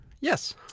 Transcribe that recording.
Yes